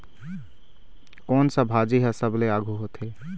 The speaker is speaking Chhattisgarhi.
कोन सा भाजी हा सबले आघु होथे?